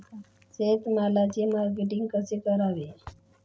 शेतमालाचे मार्केटिंग कसे करावे?